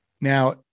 Now